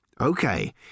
Okay